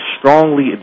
strongly